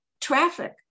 Traffic